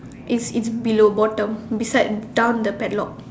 it's it's below bottom beside down the padlock